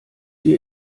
ihr